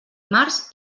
març